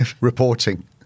reporting